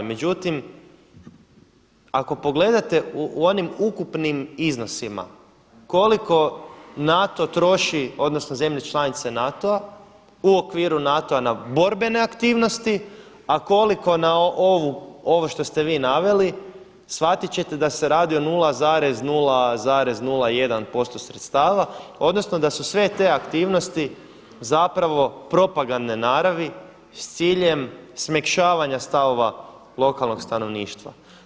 Međutim, ako pogledate u onim ukupnim iznosima koliko NATO troši, odnosno zemlje članice NATO-a u okviru NATO-a na borbene aktivnosti a koliko na ovo što ste vi naveli, shvatiti ćete da se radi o 0,0,01% sredstava odnosno da su sve te aktivnosti zapravo propagandne naravi s ciljem smekšavanja stavova lokalnog stanovništva.